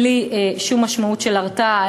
בלי שום משמעות של הרתעה.